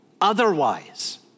otherwise